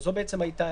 בבקשה.